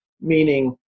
meaning